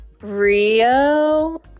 Rio